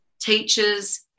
teachers